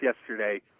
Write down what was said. yesterday